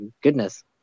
goodness